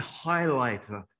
highlighter